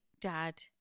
Dad